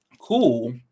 cool